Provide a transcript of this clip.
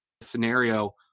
scenario